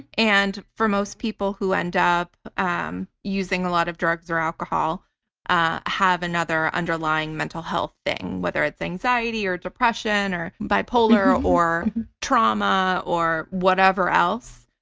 and most people who end up um using a lot of drugs or alcohol ah have another underlying mental health thing, whether it's anxiety or depression or bipolar or trauma or whatever else.